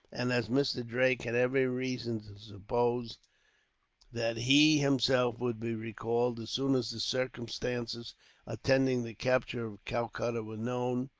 and as mr. drake had every reason to suppose that he, himself, would be recalled as soon as the circumstances attending the capture of calcutta were known